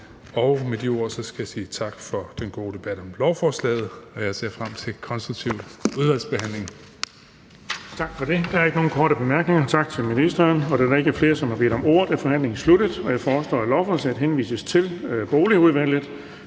Med de ord skal jeg sige tak for den gode debat om lovforslaget, og jeg ser frem til en konstruktiv udvalgsbehandling.